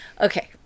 Okay